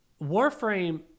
Warframe